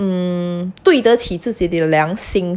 mmhmm 对得起自己的良心